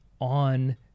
on